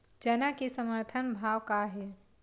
चना के समर्थन भाव का हे?